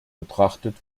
betrachtet